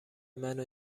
منو